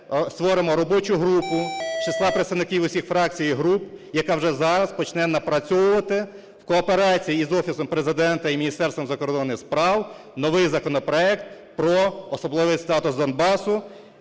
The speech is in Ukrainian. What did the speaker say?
створимо робочу групу з числа представників усіх фракцій і груп, яка вже зараз почне напрацьовувати в кооперації із Офісом Президента і Міністерством закордонних справ новий законопроект про особливий статус Донбасу,